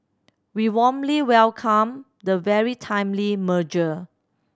we warmly welcome the very timely merger